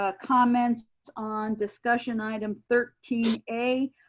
ah comments on discussion item thirteen a.